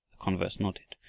the converts nodded.